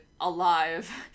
alive